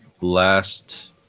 Last